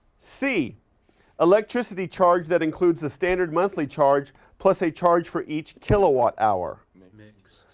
c electricity charge that includes the standard monthly charge plus a charge for each kilowatt hour. mixed.